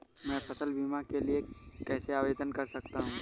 मैं फसल बीमा के लिए कैसे आवेदन कर सकता हूँ?